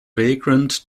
vagrant